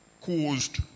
caused